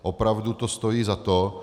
Opravdu to stojí za to.